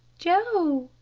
joe!